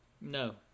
no